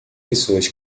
pessoas